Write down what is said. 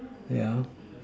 yeah